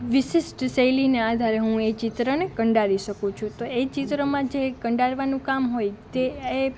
વિશિષ્ટ શૈલીને આધારે હું એ ચિત્રને કંડારી શકું છું તો એ ચિત્રમાં જે કંડારવાનું કામ હોય તે એ